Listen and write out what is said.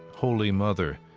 holy mother,